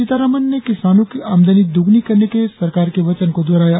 सीतारामन ने किसानों की आमदनी दोगुनी करने के सरकार के वचन को दोहराया